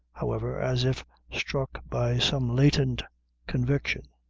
however, as if struck by some latent conviction,